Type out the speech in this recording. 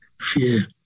fear